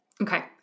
Okay